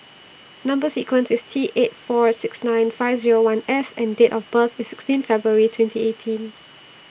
Number sequence IS T eight four six nine five Zero one S and Date of birth IS sixteen February twenty eighteen